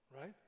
right